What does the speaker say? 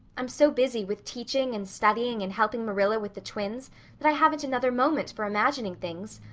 i'm so busy with teaching and studying and helping marilla with the twins that i haven't another moment for imagining things.